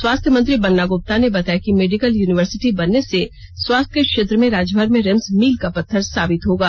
स्वास्थ्य मंत्री बन्ना गुप्ता ने बताया कि मेडिकल युनिवर्सिटी बनने से स्वास्थ्य के क्षेत्र में राज्यभर में रिम्स मील का पत्थर साबित होगा